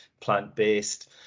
plant-based